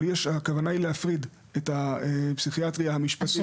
אבל הכוונה היא להפריד את הפסיכיאטריה המשפטית.